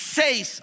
seis